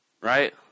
Right